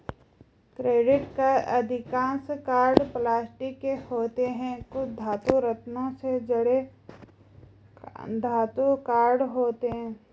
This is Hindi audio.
क्रेडिट कार्ड अधिकांश कार्ड प्लास्टिक के होते हैं, कुछ धातु, रत्नों से जड़े धातु कार्ड होते हैं